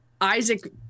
isaac